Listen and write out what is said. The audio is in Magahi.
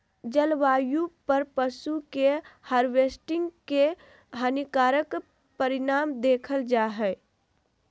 जलवायु पर पशु के हार्वेस्टिंग के हानिकारक परिणाम देखल जा हइ